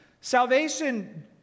Salvation